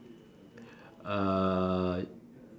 uh